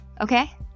okay